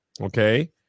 okay